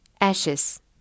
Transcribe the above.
Ashes